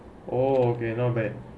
oh okay not bad